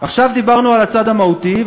עכשיו דיברנו על הצד המהותי,